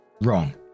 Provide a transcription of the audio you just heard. wrong